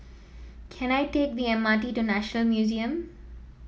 can I take the M R T to National Museum